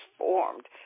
formed